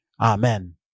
Amen